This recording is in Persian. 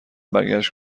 برگشت